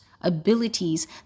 abilities